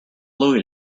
louie